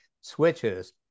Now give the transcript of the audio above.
switches